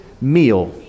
meal